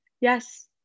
yes